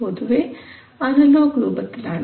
പൊതുവേ അനലോഗ് രൂപത്തിലാണ്